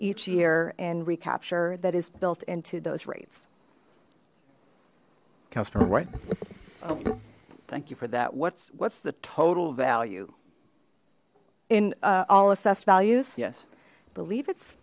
each year and recapture that is built into those rates customers right thank you for that what's what's the total value in all assessed values yes believe it's